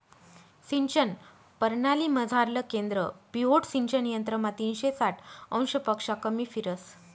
सिंचन परणालीमझारलं केंद्र पिव्होट सिंचन यंत्रमा तीनशे साठ अंशपक्शा कमी फिरस